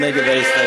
מי נגד ההסתייגות?